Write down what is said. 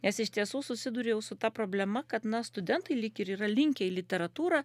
nes iš tiesų susiduriu jau su ta problema kad na studentai lyg ir yra linkę į literatūrą